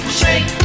shake